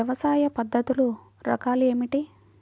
వ్యవసాయ పద్ధతులు రకాలు ఏమిటి?